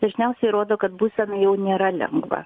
dažniausiai rodo kad būsena jau nėra lengva